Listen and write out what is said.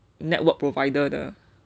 network provider 的